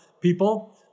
people